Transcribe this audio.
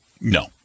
no